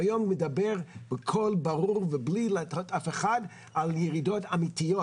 והיום הוא מדבר בקול ברור ובלי להטעות אף אחד על ירידות אמיתיות,